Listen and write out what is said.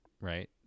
right